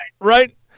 Right